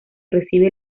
recibe